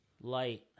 light